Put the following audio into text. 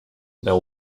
the